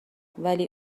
ولی